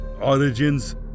Origins